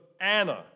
Anna